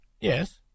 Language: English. Yes